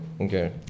Okay